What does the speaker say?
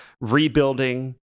rebuilding